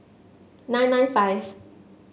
nine nine five